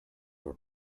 were